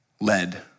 led